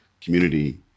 Community